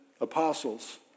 apostles